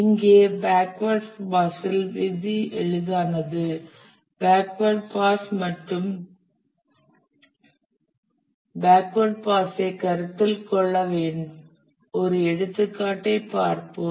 இங்கே பேக்வேர்ட் பாஸில் விதி எளிதானது ஃபார்வர்ட் பாஸ் மற்றும் பேக்வேர்ட் பாஸைக் கருத்தில் கொள்ள ஒரு எடுத்துக்காட்டை பார்ப்போம்